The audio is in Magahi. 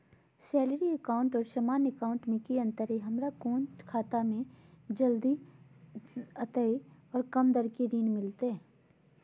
सैलरी अकाउंट और सामान्य अकाउंट मे की अंतर है हमरा कौन खाता से जल्दी और कम दर पर ऋण मिलतय?